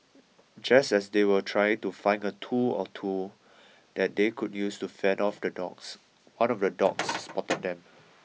just as they were trying to find a tool or two that they could use to fend off the dogs one of the dogs spotted them